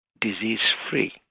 disease-free